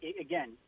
again